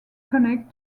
connect